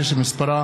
2016,